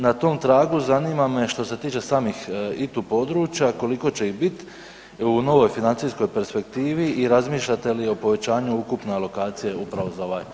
Na tom tragu zanima me što se tiče samih ITU područja koliko će ih bit u novoj financijskoj perspektivi i razmišljate li o povećanju ukupne alokacije upravo za ovaj mehanizam?